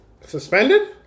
Suspended